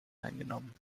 eingenommen